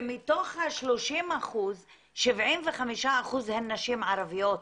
ומתוך ה-30% 75% הן נשים ערביות.